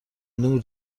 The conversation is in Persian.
نور